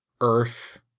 Earth